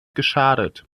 geschadet